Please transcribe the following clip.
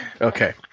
Okay